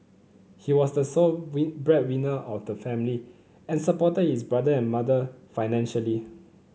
he was the sole breadwinner of the family and supported his brother and mother financially